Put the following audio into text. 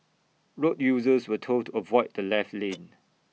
road users were told avoid the left lane